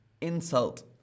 insult